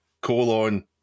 colon